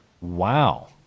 Wow